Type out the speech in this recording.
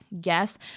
guess